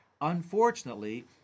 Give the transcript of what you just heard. Unfortunately